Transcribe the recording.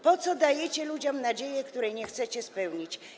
Po co dajecie ludziom nadzieję, której nie chcecie spełnić?